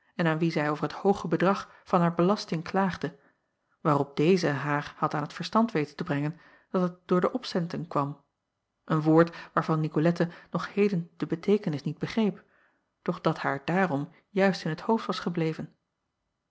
en aan wien zij over het hooge bedrag van haar belasting klaagde waarop deze haar had aan t verstand weten te brengen dat het door de opcenten kwam een woord waarvan icolette nog heden de beteekenis niet begreep doch dat haar daarom juist in t hoofd was gebleven